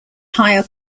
higher